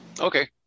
okay